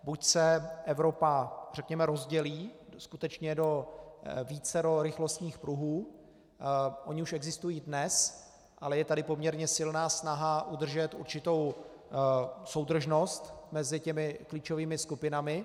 Buď se Evropa řekněme rozdělí do vícero rychlostních pruhů ony už existují dnes, ale je tady poměrně silná snaha udržet určitou soudržnost mezi těmi klíčovými skupinami.